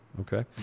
Okay